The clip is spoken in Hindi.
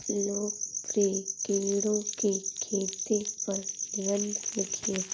लोकप्रिय कीड़ों की खेती पर निबंध लिखिए